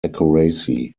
accuracy